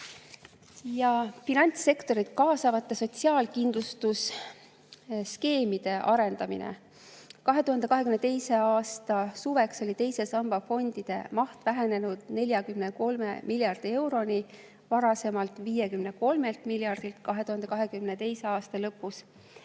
Finantssektorit kaasavate sotsiaalkindlustusskeemide arendamine. 2022. aasta suveks oli teise samba fondide maht vähenenud [4,3] miljardi euroni varasemalt [5,3] miljardilt [2021.] aasta lõpus.